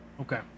Okay